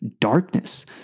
darkness